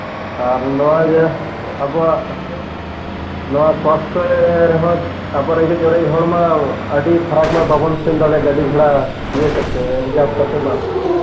ᱟᱨ ᱱᱚᱜᱼᱚᱭ ᱡᱮ ᱟᱵᱚᱣᱟᱜ ᱱᱚᱣᱟ ᱥᱟᱥᱛᱷᱮ ᱨᱮᱦᱚᱸ ᱟᱵᱚ ᱨᱮᱸᱜᱮᱡ ᱚᱨᱮᱡ ᱦᱚᱲ ᱢᱟ ᱟᱹᱰᱤ ᱯᱷᱟᱨᱟᱠ ᱢᱟ ᱵᱟᱵᱚᱱ ᱥᱮᱱ ᱫᱟᱲᱮᱭᱟᱜ ᱜᱟᱹᱰᱤ ᱜᱷᱚᱲᱟ ᱤᱭᱟᱹ ᱠᱟᱛᱮᱫ ᱨᱤᱡᱟᱵᱷ ᱠᱟᱛᱮᱫ ᱢᱟ